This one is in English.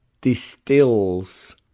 distills